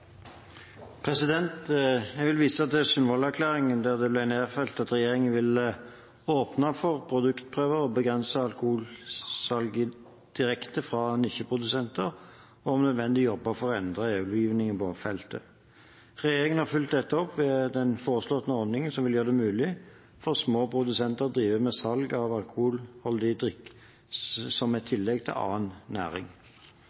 komiteen. Jeg vil vise til Sundvolden-erklæringen, der det ble nedfelt at regjeringen vil «åpne for produktprøver og begrenset alkoholsalg direkte fra nisjeprodusenter og om nødvendig jobbe for å endre EU-lovgivningen på feltet». Regjeringen har fulgt opp dette ved den foreslåtte ordningen, som vil gjøre det mulig for små produsenter å drive med salg av alkoholholdig drikk som et